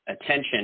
attention